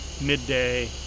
midday